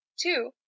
Two